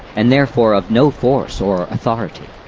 and therefore of no force or authority.